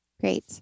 Great